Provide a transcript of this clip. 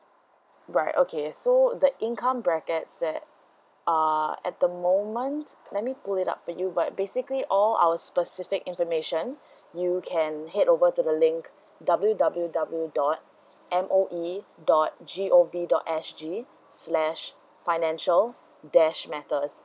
right okay so the income brackets that uh at the moment let me pull it out for you but basically all our specific information you can head over to the link W W W dot M O E dot G O V dot S G slash financial dash matters